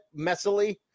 messily